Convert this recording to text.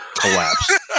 collapse